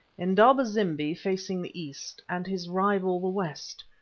indaba-zimbi facing the east, and his rival the west,